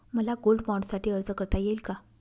मला गोल्ड बाँडसाठी अर्ज करता येईल का?